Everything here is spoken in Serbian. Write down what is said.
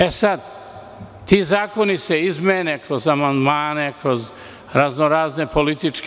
E sada, ti zakoni se izmene kroz amandmane, kroz raznorazne političke…